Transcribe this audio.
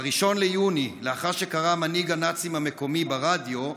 ב-1 ביוני, לאחר שקרא מנהיג הנאצים המקומי ברדיו,